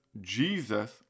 Jesus